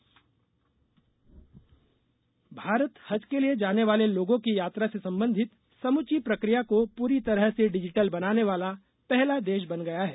हज डिजिटल भारत हज के लिए जाने वाले लोगों की यात्रा से संबंधित समूची प्रक्रिया को पूरी तरह से डिजिटल बनाने वाला पहला देश बन गया है